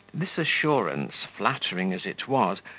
this assurance, flattering as it was,